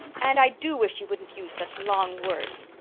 and i do wish you wouldn't use such long words.